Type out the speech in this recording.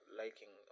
liking